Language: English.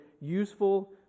useful